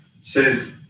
says